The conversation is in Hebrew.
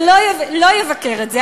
ולא יבקר את זה,